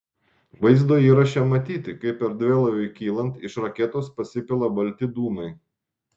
vaizdo įraše matyti kaip erdvėlaiviui kylant iš raketos pasipila balti dūmai